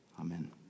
Amen